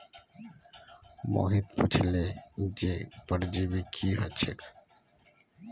मोहित पुछले जे परजीवी की ह छेक